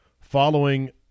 following